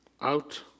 out